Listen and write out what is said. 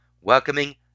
welcoming